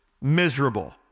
miserable